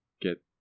get